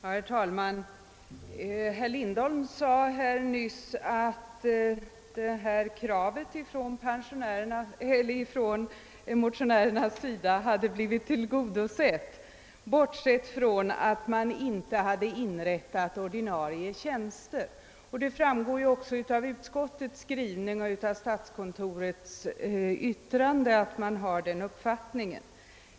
Herr talman! Herr Lindholm sade nyss alt motionärernas krav hade blivit tillgodosett, bortsett från att man inte hade inrättat ordinarie tjänster. Av utskottets skrivning och av statskontorets vttrande framgår att också de har den uppfattningen.